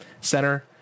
Center